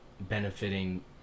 benefiting